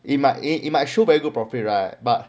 it might a show very good profit right but